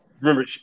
Remember